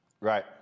Right